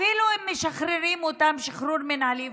אפילו אם משחררים אותם שחרור מינהלי,